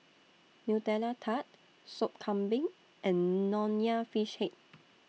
Nutella Tart Sop Kambing and Nonya Fish Head